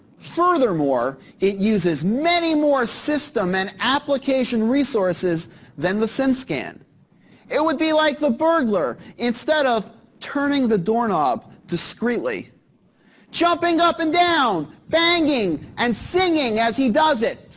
furthermore, it uses many more system and application resources than the sense scan it would be like the burglar instead of turning the doorknob discreetly jumping up and down banging and singing as he does it,